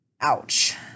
ouch